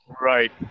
right